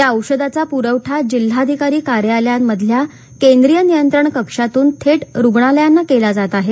या औषधाचा पुरवठा जिल्हाधिकारी कार्यालयांमधल्या केंद्रीय नियंत्रण कक्षातून थेट रुग्णालयांना केला जात आहे